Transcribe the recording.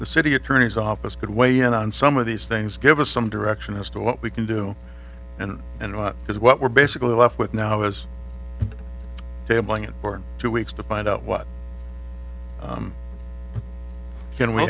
the city attorney's office could weigh in on some of these things give us some direction as to what we can do and and what is what we're basically left with now as tabling it or two weeks to find out what can we